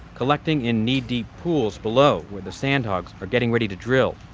collecting in knee-deep pools below where the sandhogs are getting ready to drill.